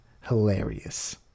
hilarious